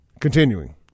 Continuing